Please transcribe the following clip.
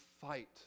fight